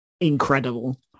incredible